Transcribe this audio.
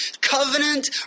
covenant